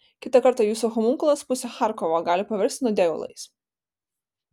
kitą kartą jūsų homunkulas pusę charkovo gali paversti nuodėguliais